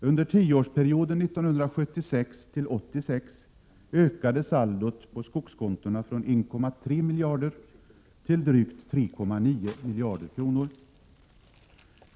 Under tioårsperioden 1976—1986 ökade saldot på skogskontona från 1,3 miljarder kronor till drygt 3,9 miljarder kronor.